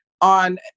on